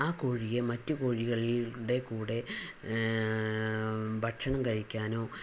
ആ കോഴിയെ മറ്റു കോഴികളുടെ കൂടെ ഭക്ഷണം കഴിക്കാനോ